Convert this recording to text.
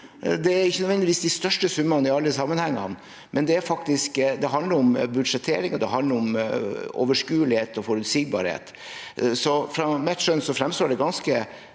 Det er ikke nødvendigvis de største summene i alle sammenhenger, men det handler om budsjettering, og det handler om overskuelighet og forutsigbarhet. Ut fra mitt skjønn fremstår det ganske